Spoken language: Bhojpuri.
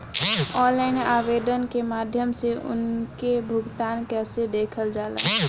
ऑनलाइन आवेदन के माध्यम से उनके भुगतान कैसे देखल जाला?